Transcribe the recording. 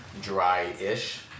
dry-ish